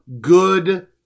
good